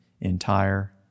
entire